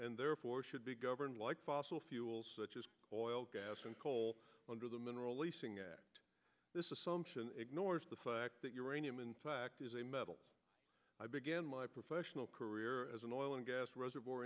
and therefore should be governed like fossil fuel such as oil gas and coal under the mineral leasing act this assumption ignores the fact that uranium in fact is a metals i began my professional career as an oil and gas reservoir